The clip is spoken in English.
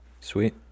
Sweet